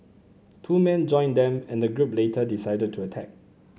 two men joined them and the group later decided to attack